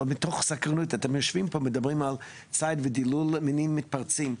אתם יושבים פה ומדברים על ציד ודילול מינים מתפרצים.